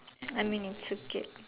I mean it's okay